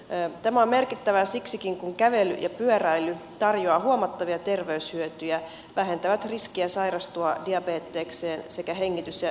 tämä on merkittävää siksikin kun kävely ja pyöräily tarjoavat huomattavia terveyshyötyjä vähentävät riskiä sairastua diabetekseen sekä hengitys ja verenkiertoelimistön sairauksiin